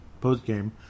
postgame